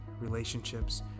relationships